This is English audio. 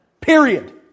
Period